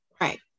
Right